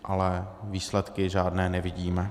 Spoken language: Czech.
Ale výsledky žádné nevidíme.